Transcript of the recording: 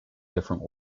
different